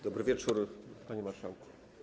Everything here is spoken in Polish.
Dobry wieczór, panie marszałku.